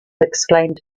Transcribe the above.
exclaimed